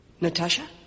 Natasha